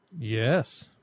Yes